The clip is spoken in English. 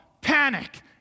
panic